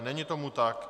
Není tomu tak.